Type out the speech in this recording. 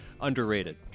Underrated